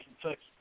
Kentucky